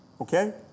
Okay